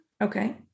Okay